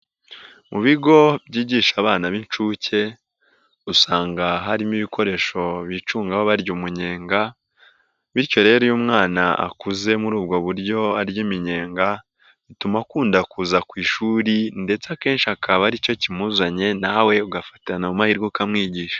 Mu bigo byigisha abana b'incuke, usanga harimo ibikoresho bicungaho barya umunyenga, bityo rero iyo umwana akuze muri ubwo buryo arya iminyenga, bituma akunda kuza ku ishuri ndetse akenshi akaba aricyo kimuzanye nawe ugafatana amahirwe ukamwigisha.